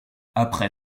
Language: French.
après